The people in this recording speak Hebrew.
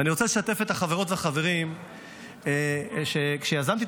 ואני רוצה לשתף את החברות והחברים שיזמתי את